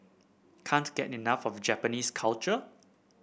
can't get enough of Japanese culture